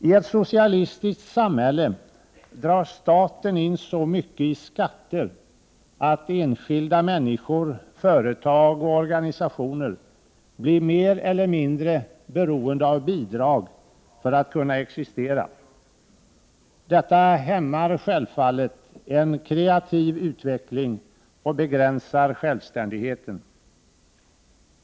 I ett socialistiskt samhälle drar staten in så mycket i skatter att enskilda människor, företag och organisationer blir mer eller mindre beroende av bidrag för att kunna existera. Detta hämmar självfallet en kreativ utveckling och begränsar självständigheten.